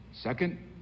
Second